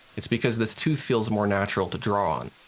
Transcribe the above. it's because this tooth feels more natural to draw on.